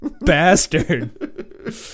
bastard